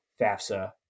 FAFSA